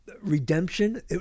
Redemption